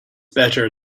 better